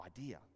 idea